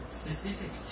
specific